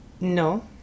No